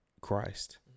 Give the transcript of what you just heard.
Christ